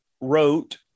wrote